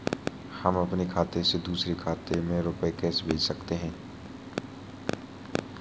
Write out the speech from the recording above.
हम अपने खाते से दूसरे के खाते में रुपये कैसे भेज सकते हैं?